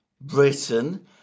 Britain